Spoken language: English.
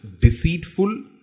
deceitful